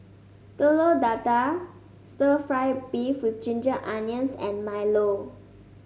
Telur Dadah stir fry beef with Ginger Onions and milo